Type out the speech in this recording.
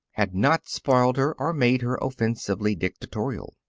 had not spoiled her, or made her offensively dictatorial.